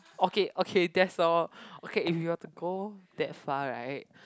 okay okay that's all okay if you were to go that far right